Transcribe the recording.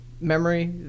memory